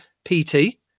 PT